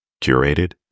curated